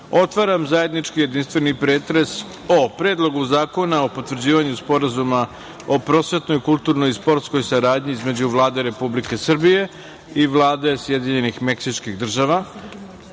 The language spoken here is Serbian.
otvaram zajednički jedinstveni pretres o: Predlogu zakona o potvrđivanju Sporazuma o prosvetnoj, kulturnoj i sportskoj saradnji između Vlade Republike Srbije i Vlade Sjedinjenih Meksičkih država,